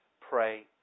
Pray